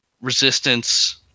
resistance